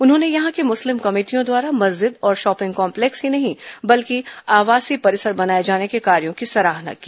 उन्होंने यहां की मुस्लिम कमेटियों द्वारा मस्जिद और शॉपिंग कॉम्लेक्स ही नहीं बल्कि आवासीय परिसर बनाए जाने के कार्यों की सराहना की